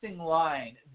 line